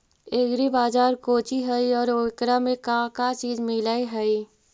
Agri बाजार कोची हई और एकरा में का का चीज मिलै हई?